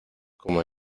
como